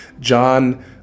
john